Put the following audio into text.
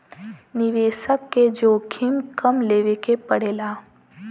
निवेसक के जोखिम कम लेवे के पड़ेला